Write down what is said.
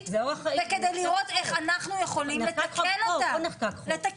וכדי לראות איך אנחנו יכולים לתקן אותה.